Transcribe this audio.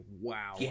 wow